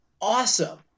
awesome